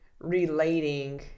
relating